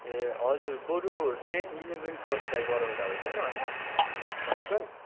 ए हजुर बरु ten eleven ट्वेल्भलाई गरउँदा हुँदैन होला मार्चपास्ट